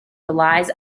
relies